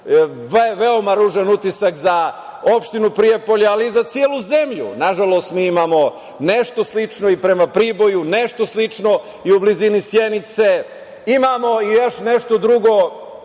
veoma ružan utisak za opštinu Prijepolje, ali i za celu zemlju. Nažalost, mi imamo nešto slično i prema Priboju, nešto slično i u blizini Sjenice. Imamo i još nešto drugo,